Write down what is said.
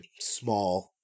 small